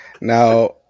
Now